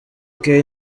kane